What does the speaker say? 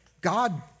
God